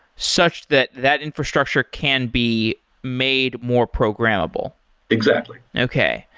such that that infrastructure can be made more programmable exactly okay.